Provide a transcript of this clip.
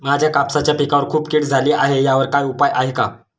माझ्या कापसाच्या पिकावर खूप कीड झाली आहे यावर काय उपाय आहे का?